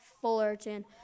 Fullerton